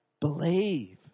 Believe